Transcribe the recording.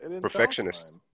Perfectionist